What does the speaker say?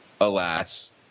alas